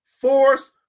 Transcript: force